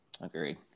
Agreed